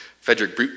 Frederick